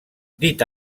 dit